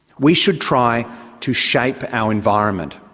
we should try to shape our environment.